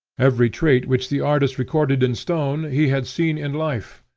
every trait which the artist recorded in stone he had seen in life,